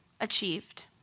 achieved